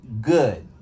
Good